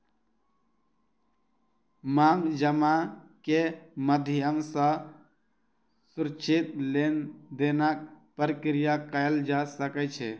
मांग जमा के माध्यम सॅ सुरक्षित लेन देनक प्रक्रिया कयल जा सकै छै